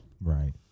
Right